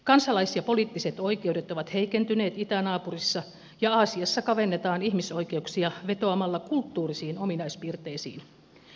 kansalais ja poliittiset oikeudet ovat heikentyneet itänaapurissa ja aasiassa kavennetaan ihmisoikeuksia vetoamalla kulttuurisiin ominaispiirteisiin